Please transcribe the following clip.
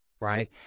right